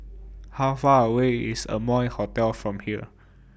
How Far away IS Amoy Hotel from here